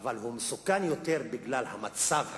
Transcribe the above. אבל הוא מסוכן יותר בגלל המצב הכלכלי.